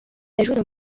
plusieurs